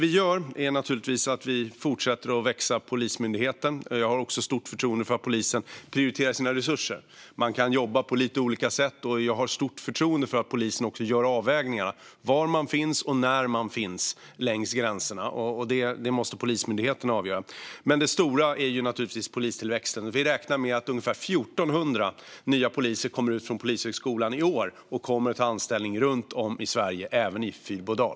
Vi fortsätter naturligtvis att låta Polismyndigheten växa. Jag har också stort förtroende för att polisen prioriterar sina resurser. Man kan jobba på lite olika sätt, och jag har stort förtroende för att polisen gör avvägningar när det gäller var man finns och när man finns längs gränserna. Detta måste Polismyndigheten avgöra. Det stora är dock naturligtvis polistillväxten. Vi räknar med att ungefär 1 400 nya poliser kommer ut från Polishögskolan i år och kommer att ta anställning runt om i Sverige - även i Fyrbodal.